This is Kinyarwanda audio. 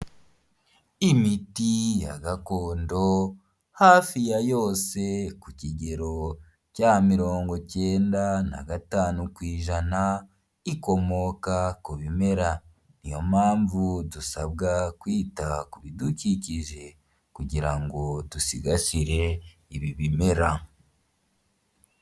Imiti ya gakondo, hafi ya yose ku kigero cya mirongo icyenda na gatanu ku ijana, ikomoka ku bimera niyo mpamvu dusabwa kwita ku bidukikije kugira ngo dusigasire ibi bimera.